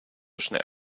schnell